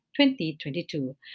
2022